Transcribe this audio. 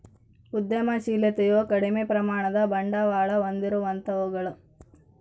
ಉದ್ಯಮಶಿಲತೆಯು ಕಡಿಮೆ ಪ್ರಮಾಣದ ಬಂಡವಾಳ ಹೊಂದಿರುವಂತವುಗಳು